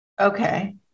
Okay